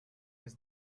has